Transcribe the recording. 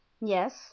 yes